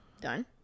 Done